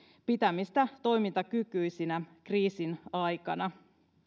pitämistä toimintakykyisinä kriisin aikana